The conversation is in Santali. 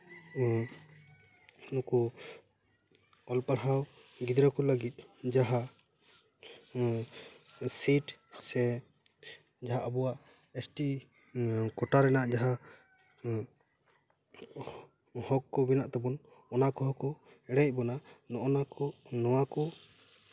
ᱱᱩᱠᱩ ᱚᱞ ᱯᱟᱲᱦᱟᱣ ᱜᱤᱫᱽᱨᱟᱹ ᱠᱚ ᱞᱟᱹᱜᱤᱫ ᱡᱟᱦᱟᱸ ᱥᱤᱴ ᱥᱮ ᱡᱟᱦᱟᱸ ᱟᱵᱚᱣᱟᱜ ᱮᱥᱴᱤ ᱠᱳᱴᱟ ᱨᱮᱱᱟᱜ ᱡᱟᱦᱟᱸ ᱦᱚᱸᱠ ᱠᱚ ᱢᱮᱱᱟᱜ ᱛᱟᱵᱚᱱ ᱚᱱᱟ ᱠᱚᱦᱚᱸ ᱠᱚ ᱮᱲᱮᱭᱮᱫ ᱵᱚᱱᱟ ᱱᱚᱜᱼᱟ ᱠᱚ ᱱᱚᱣᱟ ᱠᱚ